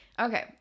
Okay